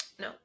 no